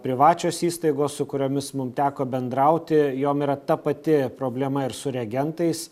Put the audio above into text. privačios įstaigos su kuriomis mum teko bendrauti jom yra ta pati problema ir su reagentais